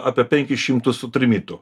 apie penkis šimtus trimitų